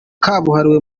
kabuhariwe